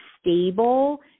stable